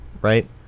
right